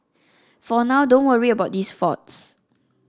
for now don't worry about these faults